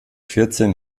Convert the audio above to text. vierzehn